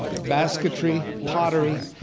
basketry, pottery,